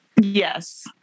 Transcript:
Yes